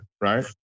right